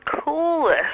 coolest